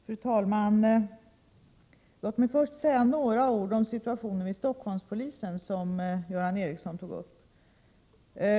Fru talman! Låt mig först säga några ord om situationen vid Stockholmspolisen, som Göran Ericsson tog upp.